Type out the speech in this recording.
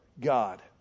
God